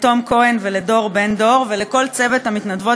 לתום כהן ולדור בן דור ולכל צוות המתנדבות